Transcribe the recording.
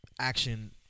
action